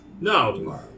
No